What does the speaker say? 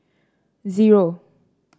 zero